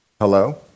hello